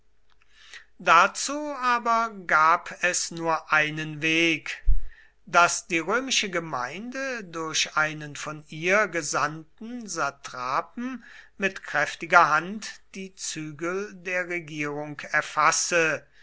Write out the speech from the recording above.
dazu aber gab es nur einen weg daß die römische gemeinde durch einen von ihr gesandten satrapen mit kräftiger hand die zügel der regierung erfasse